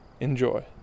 Enjoy